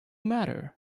matter